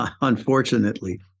unfortunately